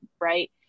right